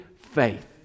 faith